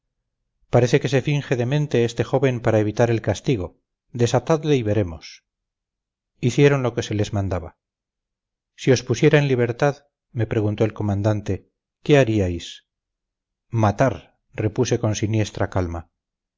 parece que se finge demente este joven para evitar el castigo desatadle y veremos hicieron lo que se les mandaba si os pusiera en libertad me preguntó el comandante qué haríais matar repuse con siniestra calma